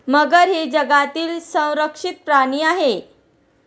मगर ही जगातील संरक्षित प्राणी आहे